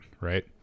right